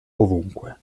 ovunque